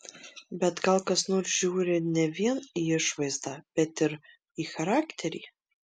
bet gal kas nors žiūri ne vien į išvaizdą bet ir į charakterį